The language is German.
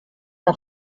der